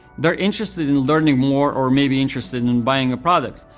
they're interested in learning more or maybe interested in in buying a product.